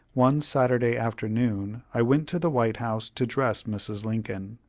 one saturday afternoon i went to the white house to dress mrs. lincoln.